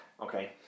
okay